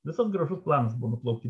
visas gražus planas buvo nuplaukti